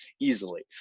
easily